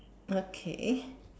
okay